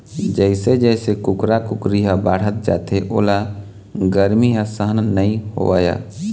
जइसे जइसे कुकरा कुकरी ह बाढ़त जाथे ओला गरमी ह सहन नइ होवय